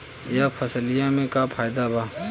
यह फसलिया में का फायदा बा?